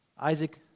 Isaac